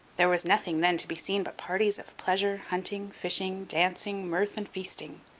there was nothing then to be seen but parties of pleasure, hunting, fishing, dancing, mirth, and feasting.